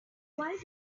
why